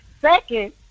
Second